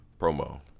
promo